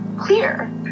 clear